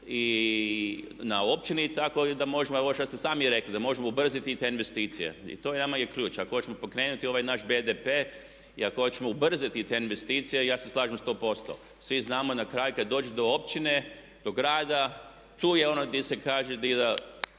i na općine i da tako možemo i ovo što ste samo rekli da možemo ubrzati te investicije i to je i nama ključ. Ako hoćemo pokrenuti ovaj naš BDP i ako hoćemo ubrzati te investicije ja se slažem 100%. Svi znamo na kraju kad dođe do općine, do grada, tu je ono gdje se kaže … kak